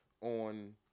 on